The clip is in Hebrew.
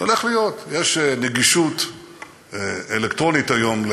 זה הולך להיות, יש נגישות אלקטרונית, היום,